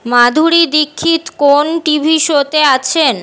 মাধুরী দীক্ষিত কোন টিভি শোতে আছেন